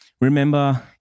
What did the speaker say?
Remember